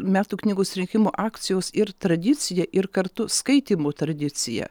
metų knygos rinkimų akcijos ir tradicija ir kartu skaitymų tradicija